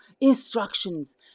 instructions